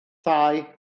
thai